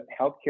healthcare